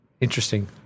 interesting